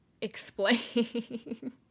explain